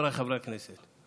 חבריי חברי הכנסת,